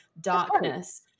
darkness